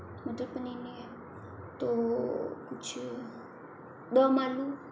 मटर पनीर नहीं है तो कुछ दम आलू